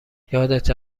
یادته